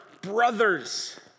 brothers